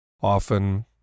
Often